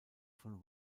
von